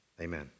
Amen